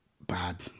Bad